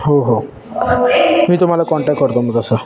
हो हो मी तुम्हाला काँटॅक करतो मग तसं